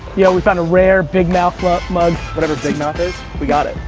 yo, we found a rare big mouth mug. whatever big mouth is, we got it.